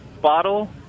bottle